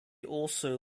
also